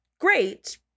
great